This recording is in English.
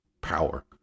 power